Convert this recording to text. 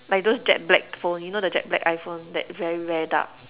like those jet black phone you know the jet black iPhone that very very dark